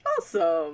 Awesome